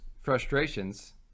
frustrations